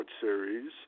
series